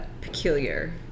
peculiar